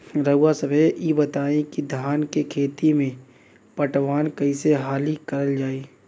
रउवा सभे इ बताईं की धान के खेती में पटवान कई हाली करल जाई?